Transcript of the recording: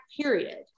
period